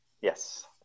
Yes